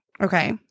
Okay